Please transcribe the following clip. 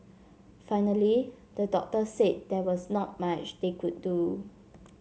finally the doctors said there was not much they could do